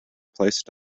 placed